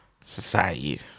society